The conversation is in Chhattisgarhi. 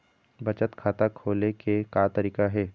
बचत खाता खोले के का तरीका हे?